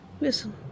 Listen